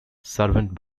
servant